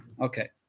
Okay